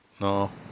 no